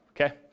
Okay